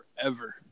forever